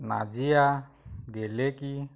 Nazira Geleki